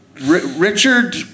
Richard